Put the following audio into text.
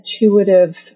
intuitive